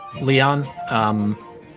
Leon